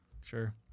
Sure